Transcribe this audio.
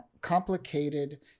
complicated